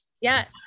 Yes